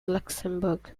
luxembourg